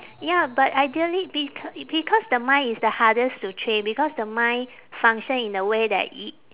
ya but ideally beca~ because the mind is the hardest to train because the mind function in a way that it